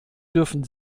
dürfen